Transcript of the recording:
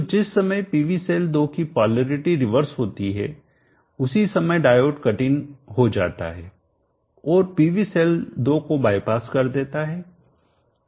तो जिस समय पीवी सेल 2 की पोलैरिटी रिवर्स होती है उसी समय डायोड कट इन हो जाता है और PV सेल 2 को बाईपास कर देता है